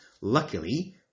Luckily